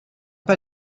pas